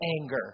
anger